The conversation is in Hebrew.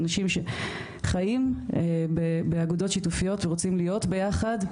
אנשים שחיים באגודות שיתופיות ורוצים להיות ביחד,